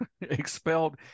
expelled